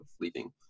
leaving